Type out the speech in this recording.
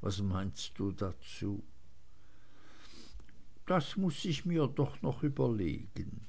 was meinst du dazu das muß ich mir doch noch überlegen